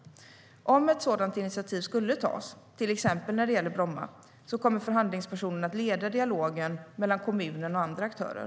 Om ett sådant initiativ skulle tas, till exempel när det gäller Bromma, kommer förhandlingspersonen att leda dialogen mellan kommunen och andra aktörer.